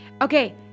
Okay